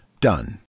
done